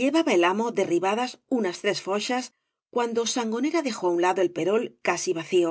llevaba el amo derribadas unas tres foches cuando sangonera dejó á un lado el perol casi vacío